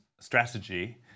strategy